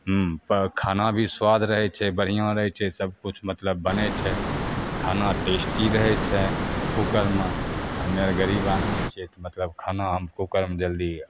हुँ तऽ खाना भी सुआद रहै छै बढ़िआँ रहै छै सबकिछु मतलब बनै छै खाना टेस्टी रहै छै कुकरमे तऽ हमे आओर गरीब आदमी छिए तऽ मतलब खाना हम कुकरमे जल्दी